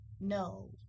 no